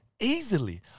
easily